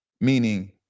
meaning